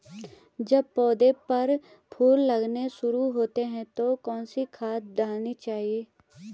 जब पौधें पर फूल लगने शुरू होते हैं तो कौन सी खाद डालनी चाहिए?